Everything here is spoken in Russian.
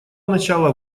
начала